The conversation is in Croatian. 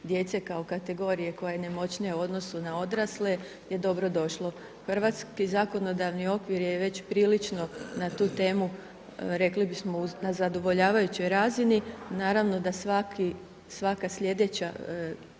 djece kao kategorije koja je nemoćnija u odnosu na odrasle je dobro došlo. Hrvatski zakonodavni okvir je već prilično na tu temu rekli bismo na zadovoljavajućoj razini. Naravno da svaki sljedeći